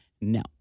No